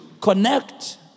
connect